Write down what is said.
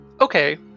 Okay